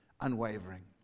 Unwavering